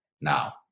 now